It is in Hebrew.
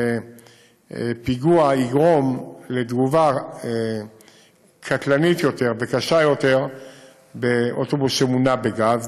שפיגוע יגרום לתגובה קטלנית יותר וקשה יותר באוטובוס שמונע בגז.